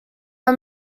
are